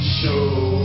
show